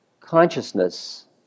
consciousness